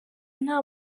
nta